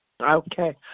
Okay